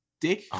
Dick